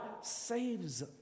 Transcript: saves